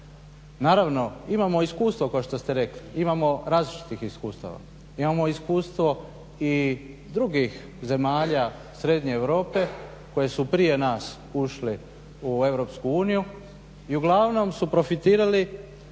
Naravno imamo iskustva kao što ste rekli, imamo različitih iskustava. Imamo iskustvo i drugih zemalja srednje Europe koje su prije nas ušli u EU i uglavnom su profitirali